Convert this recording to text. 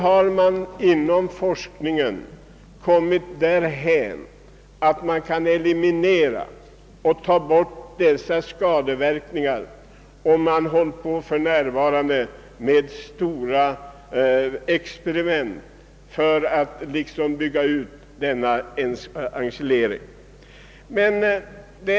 Forskningen har nu kommit därhän, att dessa skadeverkningar kan elimineras och man håller för närvarande på med stora experiment för att bygga ut ensileringssystemet.